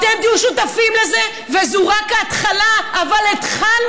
אתם תהיו שותפים לזה, וזו רק ההתחלה, אבל התחלנו.